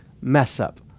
mess-up